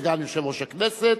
סגן יושב-ראש הכנסת,